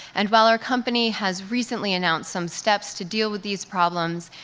and while our company has recently announced some steps to deal with these problems,